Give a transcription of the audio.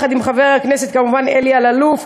כמובן יחד עם חבר הכנסת אלי אלאלוף,